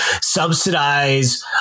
subsidize